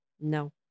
No